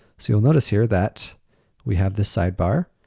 so, you'll notice here that we have the sidebar,